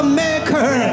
maker